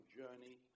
journey